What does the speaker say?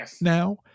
now